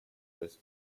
with